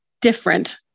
different